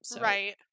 right